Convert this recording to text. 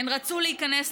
הן רצו להיכנס להיריון,